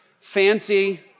fancy